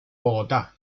bogotá